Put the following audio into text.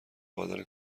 آوردن